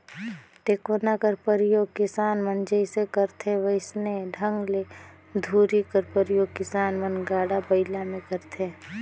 टेकोना कर परियोग किसान मन जइसे करथे वइसने ढंग ले धूरी कर परियोग किसान मन गाड़ा बइला मे करथे